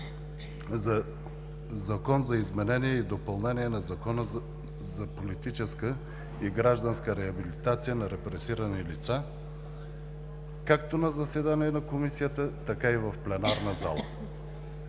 за изменение и допълнение на Закона за политическа и гражданска реабилитация на репресирани лица, както на заседание на Комисията, така и в пленарната зала.